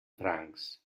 francs